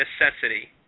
Necessity